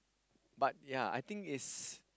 but ya I think it's